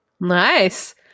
Nice